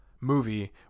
Movie